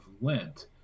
Lent